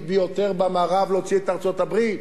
ביותר במערב להוציא את ארצות-הברית,